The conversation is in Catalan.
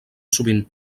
sovint